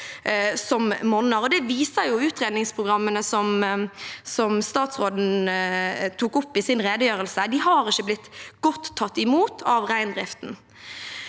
Det viser utredningsprogrammene, slik statsråden tok opp i sin redegjørelse. De har ikke blitt godt tatt imot av reindriften.